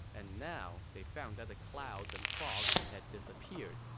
and now, they found that the clouds and fog had disappeared,